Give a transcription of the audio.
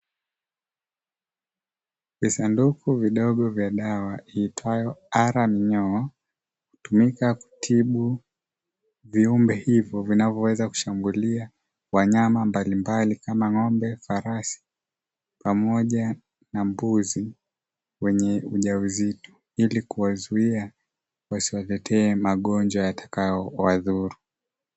Visanduku vidogo vya dawa iitwayo "R-minyoo". Hutumika kutibu viumbe hivyo vinavyoweza kushambulia wanyama mbalimbali, kama ng'ombe, farsi, pamoja na mbuzi wenye ujauzito; ili kuwazuia wasiwaletee magonjwa yatakayowadhuru.